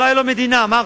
לא היתה לו מדינה, אמרתי,